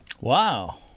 Wow